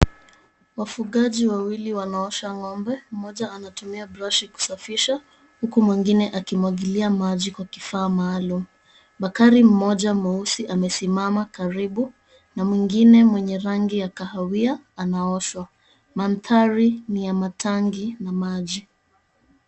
Wafugaji wawili wanaosha ng'ombe, mmoja anatumia brashi kusafisha huku mwengine akimwagilia maji kwa kifaa maalum. Bakari mmoja mweusi amesimama karibu na mwengine mwenye rangi ya kahawia anaoshwa. Manthari ni ya matangi na maji.